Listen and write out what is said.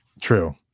true